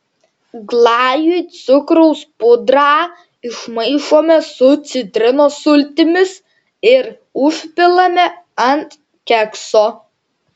glajui cukraus pudrą išmaišome su citrinos sultimis ir užpilame ant kekso